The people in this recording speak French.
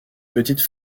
petite